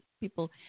people